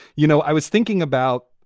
you know, i was thinking about.